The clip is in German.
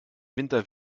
winter